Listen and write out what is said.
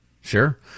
Sure